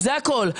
זה הכול.